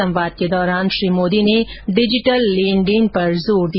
संवाद के दौरान श्री मोदी ने डिजिटल लेनदेन पर जोर दिया